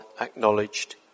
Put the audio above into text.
acknowledged